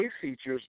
features